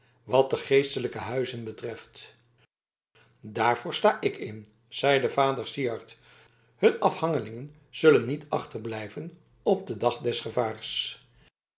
wat de geestelijke huizen betreft daarvoor sta ik in zeide vader syard hun afhangelingen zullen niet achterblijven op den dag des gevaars